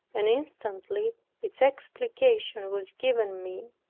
and instantly its explication was given me,